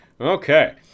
okay